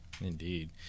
Indeed